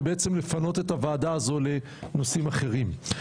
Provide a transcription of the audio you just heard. ובעצם לפנות את הוועדה הזאת לנושאים אחרים.